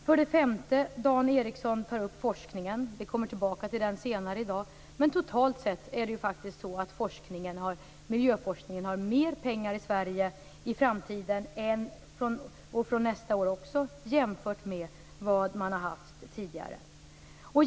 För det femte tar Dan Ericsson upp forskningen - vi kommer tillbaka till det senare i dag. Totalt sett har miljöforskningen mer pengar i Sverige i framtiden, från nästa år, än tidigare.